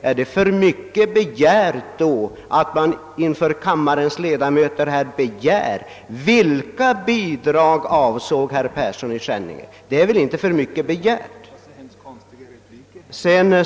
Är det för mycket begärt att herr Persson då inför kammarens ledamöter meddelar, vilka bidrag herr Persson avsåg? Det är väl inte för mycket begärt?